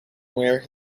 where